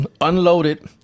unloaded